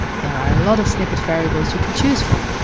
there are a lot of snippet variables you can choose from.